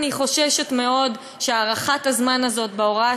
אני חוששת מאוד שהארכת הזמן הזאת בהוראת